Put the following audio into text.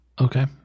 Okay